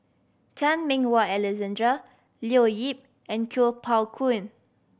Chan Meng Wah Alexander Leo Yip and Kuo Pao Kun